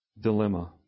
dilemma